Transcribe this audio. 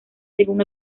según